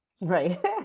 Right